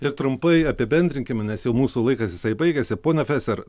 ir trumpai apibendrinkim nes jau mūsų laikas jisai baigiasi ponia feser